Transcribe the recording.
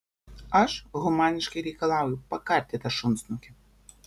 aš humaniškai reikalauju pakarti tą šunsnukį